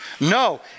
No